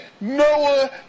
Noah